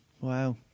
Wow